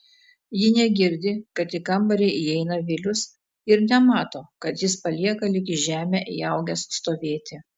ji negirdi kad į kambarį įeina vilius ir nemato kad jis palieka lyg į žemę įaugęs stovėti